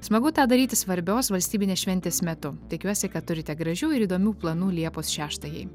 smagu tą daryti svarbios valstybinės šventės metu tikiuosi kad turite gražių ir įdomių planų liepos šeštajai